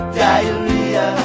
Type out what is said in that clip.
diarrhea